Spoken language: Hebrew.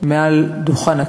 מעל דוכן הכנסת,